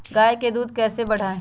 गाय का दूध कैसे बढ़ाये?